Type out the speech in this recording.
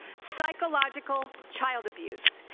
psychological child abuse.